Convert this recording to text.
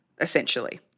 essentially